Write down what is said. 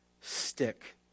stick